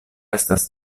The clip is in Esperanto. estas